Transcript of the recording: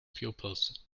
pupils